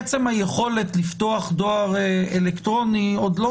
עצם היכולת לפתוח דואר אלקטרוני עוד לא